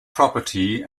property